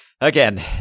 again